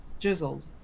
drizzled